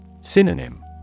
Synonym